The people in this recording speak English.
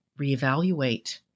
reevaluate